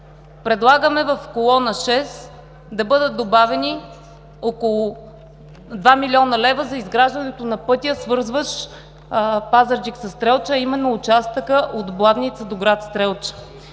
Предлагаме в колона 6 да бъдат добавени около 2 млн. лв. за изграждането на пътя, свързващ Пазарджик със Стрелча, а именно участъкът от Блатница до гр. Стрелча.